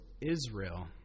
Israel